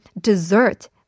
dessert